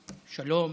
שלום,